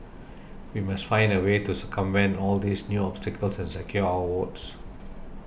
we must find a way to circumvent all these new obstacles and secure our votes